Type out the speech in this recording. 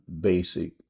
basic